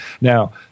Now